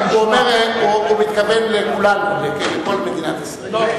הוא מתכוון לכולנו, לכל מדינת ישראל.